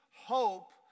hope